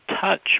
touch